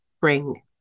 bring